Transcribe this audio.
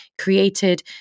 created